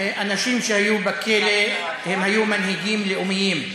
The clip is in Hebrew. אנשים שהיו בכלא, הם היו מנהיגים לאומיים.